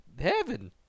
heaven